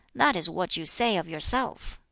that is what you say of yourself.